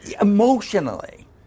Emotionally